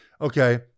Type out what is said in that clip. Okay